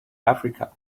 africa